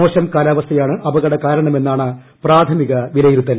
മോശം കാലാവസ്ഥയാണ് അപകട കാരണമെന്നാണ് പ്രാഥമിക വിലയിരുത്തൽ